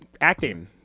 acting